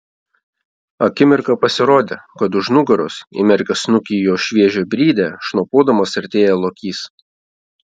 akimirką pasirodė kad už nugaros įmerkęs snukį į jos šviežią brydę šnopuodamas artėja lokys